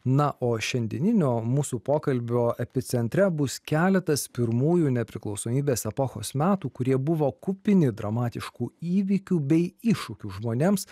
na o šiandieninio mūsų pokalbio epicentre bus keletas pirmųjų nepriklausomybės epochos metų kurie buvo kupini dramatiškų įvykių bei iššūkių žmonėms